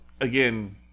Again